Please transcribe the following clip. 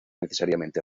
necesariamente